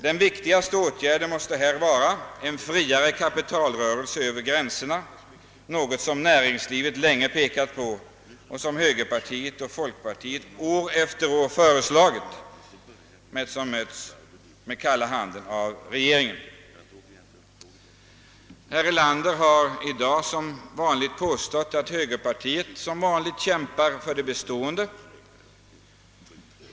Det viktigaste härvidlag är i stället friare kapitalrörelser över gränserna, något som näringslivet länge framhållit och som högerpartiet och folkpartiet år efter år föreslagit men som mötts med kalla handen av regeringen. Herr Erlander har i dag som vanligt påstått att högerpartiet sin vana trogen kämpar för det bestående.